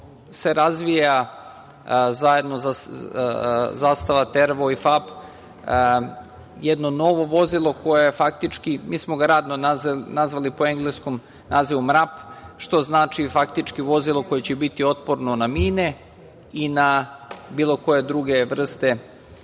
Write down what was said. se razvija zajedno Zastava TERVO i FAP, jedno novo vozilo koje faktički, mi smo ga radno nazvali po engleskom nazivu MRAP, što znači faktički vozilo koje će biti otporno na mine i na bilo koje druge vrste